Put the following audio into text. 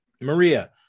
maria